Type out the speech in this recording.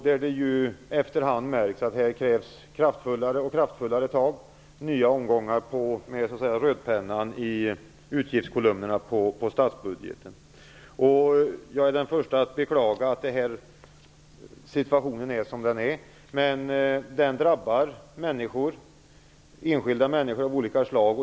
Det har efterhand märkts att det krävs alltmer kraftfullare tag och nya omgångar med rödpennan i utgiftskolumnerna på statsbudgeten. Jag är den första att beklaga att situationen är som den är. Det drabbar enskilda människor av olika slag.